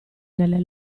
nelle